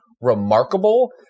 remarkable